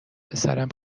پسرم